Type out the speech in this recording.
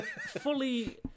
fully